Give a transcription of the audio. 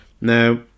Now